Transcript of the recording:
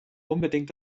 unbedingt